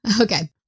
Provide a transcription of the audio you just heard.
Okay